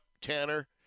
Tanner